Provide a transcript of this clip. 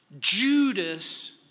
Judas